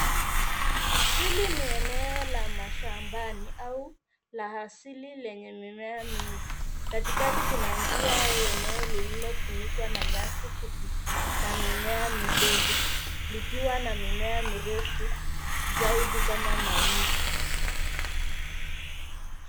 Hili ni eneo la mashambani au la asili lenye mimea mingi. Katikati kuna njia au eneo lililofunikwa na nyasi fupi na mimea midogo likiwa na mimea mirefu. zaidi kama mahindi.